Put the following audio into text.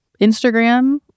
Instagram